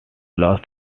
lost